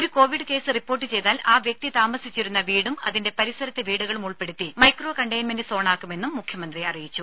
ഒരു Covid case report ചെയ്താൽ ആ വ്യക്തി താമസിച്ചിരുന്ന വീടും അതിന്റെ പരിസരത്തെ വീടുകളും ഉൾപ്പെടുത്തി മൈക്രോ കണ്ടെയ്ൻമെന്റ് സോണാക്കുമെന്നും മുഖ്യമന്ത്രി പറഞ്ഞു